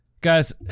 Guys